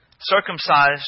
Circumcised